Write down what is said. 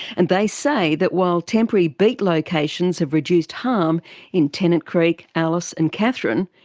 and they say that while temporary beat locations have reduced harm in tennant creek, alice and katherine,